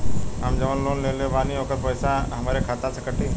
हम जवन लोन लेले बानी होकर पैसा हमरे खाते से कटी?